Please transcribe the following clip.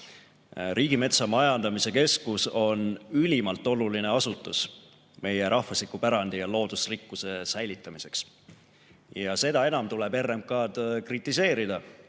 Riigimetsa Majandamise Keskus on ülimalt oluline asutus meie rahvusliku pärandi ja loodusrikkuse säilitamiseks. Ja seda enam tuleb RMK-d kritiseerida,